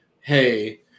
hey